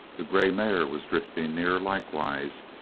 the grey mare was drifting near, likewise,